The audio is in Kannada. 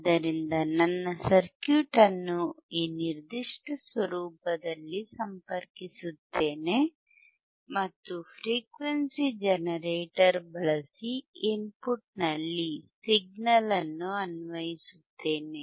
ಆದ್ದರಿಂದ ನನ್ನ ಸರ್ಕ್ಯೂಟ್ ಅನ್ನು ಈ ನಿರ್ದಿಷ್ಟ ಸ್ವರೂಪದಲ್ಲಿ ಸಂಪರ್ಕಿಸುತ್ತೇನೆ ಮತ್ತು ಫ್ರೀಕ್ವೆನ್ಸಿ ಜನರೇಟರ್ ಬಳಸಿ ಇನ್ಪುಟ್ನಲ್ಲಿ ಸಿಗ್ನಲ್ ಅನ್ನು ಅನ್ವಯಿಸುತ್ತೇನೆ